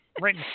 Right